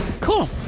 Cool